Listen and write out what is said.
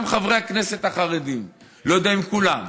גם חברי הכנסת החרדים, לא יודע אם כולם.